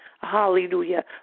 hallelujah